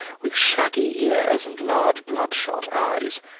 with shaggy ears and large blood-shot eyes.